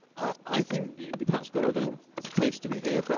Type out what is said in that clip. i think we perhaps got a little taste of it here, but